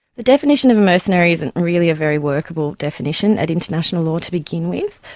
the definition of a mercenary isn't really a very workable definition at international law to begin with.